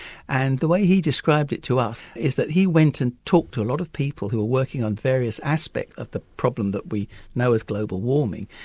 and the way he described it to us is that he went and talked to a lot of people who were working on various aspects of the problem that we know as global warming,